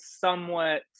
somewhat